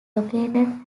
located